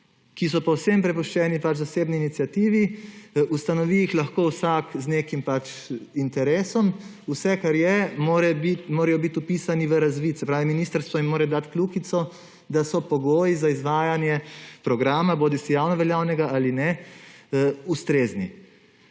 ki so povsem prepuščeni zasebni iniciativi, ustanovi jih lahko vsak z nekim interesom, vse, kar je, morajo biti vpisani v razvid. Se pravi, ministrstvo jim mora dati kljukico, da so pogoji za izvajanje programa, bodisi javnoveljavnega ali ne, ustrezni.